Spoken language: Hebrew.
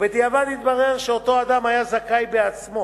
ובדיעבד התברר שאותו אדם היה זכאי בעצמו